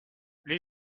les